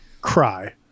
cry